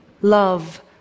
love